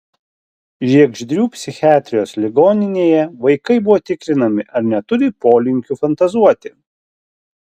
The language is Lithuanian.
žiegždrių psichiatrijos ligoninėje vaikai buvo tikrinami ar neturi polinkių fantazuoti